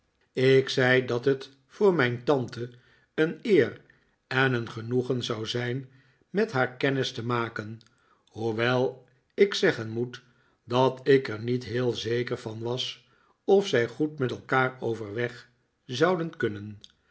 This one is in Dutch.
ik zei dat het voor mijn tarite een eer en een genoegen zou zijn met haar kennis te maken hoewel ik zeggen moet dat ik er niet heel zeker van was of zij goed met elkaar overweg zouden kunnen